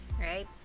right